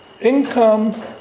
income